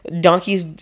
donkeys